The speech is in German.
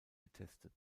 getestet